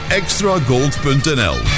extragold.nl